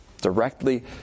Directly